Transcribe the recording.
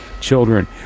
children